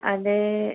അത്